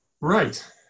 Right